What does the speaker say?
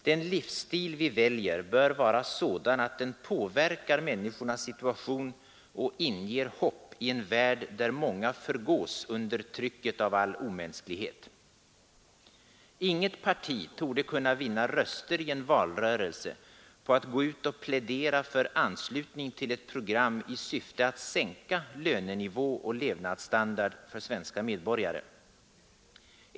Den livsstil vi väljer bör vara sådan att den påverkar människornas situation och inger hopp i en värld där många förgås under trycket av all omänsklighet. Inget parti torde kunna vinna röster i en valrörelse på att gå ut och plädera för anslutning till ett program i syfte att sänka lönenivå och levnadsstandard för svenska medborgare.